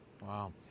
Wow